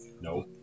No